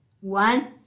One